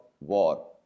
war